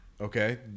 Okay